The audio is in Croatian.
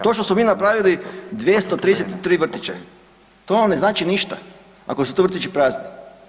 To što smo mi napravili 233 vrtića to vam ne znači ništa ako su ti vrtići prazni.